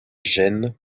gênes